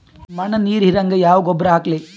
ಮಣ್ಣ ನೀರ ಹೀರಂಗ ಯಾ ಗೊಬ್ಬರ ಹಾಕ್ಲಿ?